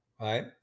right